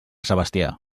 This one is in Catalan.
sebastià